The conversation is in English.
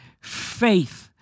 Faith